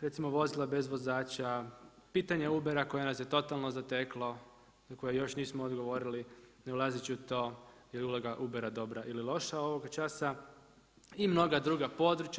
recimo vozila bez vozača, pitanje Ubera koje nas je totalno zateklo na koje još nismo odgovorili ne ulazeći u to jeli uloga Ubera dobro ili loša ovoga časa i mnoga druga područja.